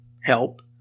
help